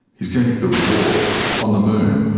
he's going to build a wall on the moon,